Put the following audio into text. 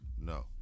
No